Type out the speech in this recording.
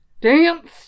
Dance